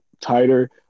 tighter